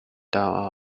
dial